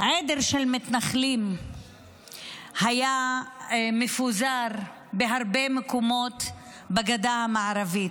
עדר של מתנחלים היה מפוזר בהרבה מקומות בגדה המערבית.